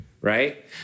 right